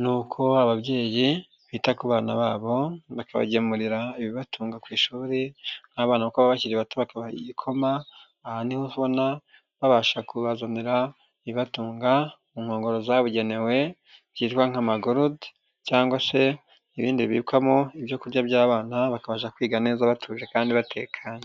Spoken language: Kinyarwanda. n'uko ababyeyi bita ku bana babo bakabagemurira ibibatunga ku ishuri nk'abana kuko baba bakiri bato bakabaha igikoma aha niho ubona babasha kubazanira ibatunga mu nkongoro zabugenewe byitwa nk'amagurude cyangwa se ibindi bibikwamo ibyo kurya by'abana bakabasha kwiga neza batuje kandi batekanye.